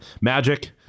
Magic